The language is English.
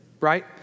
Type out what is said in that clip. right